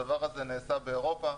הדבר הזה נעשה באירופה,